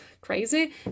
crazy